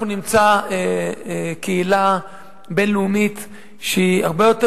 אנחנו נמצא קהילה בין-לאומית שהיא הרבה יותר